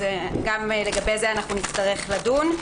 אז גם לגבי זה נצטרך לדון.